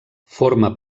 forma